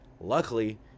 Luckily